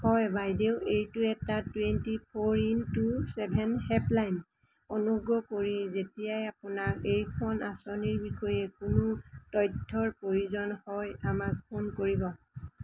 হয় বাইদেউ এইটো এটা twenty four into seven helpline অনুগ্ৰহ কৰি যেতিয়াই আপোনাক এইখন আঁচনিৰ বিষয়ে কোনো তথ্যৰ প্ৰয়োজন হয় আমাক ফোন কৰিব